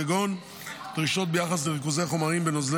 כגון דרישות ביחס לריכוזי חומרים בנוזלי